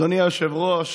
אדוני היושב-ראש,